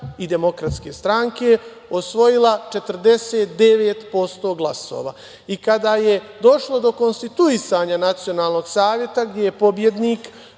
Tadića i DS, osvojila 49% glasova. I kada je došlo do konstituisanja Nacionalnog saveta, gde je pobednik